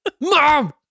Mom